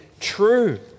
true